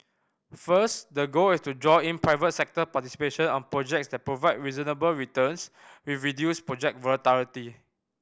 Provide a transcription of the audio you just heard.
first the goal is to draw in private sector participation on projects that provide reasonable returns with reduced project volatility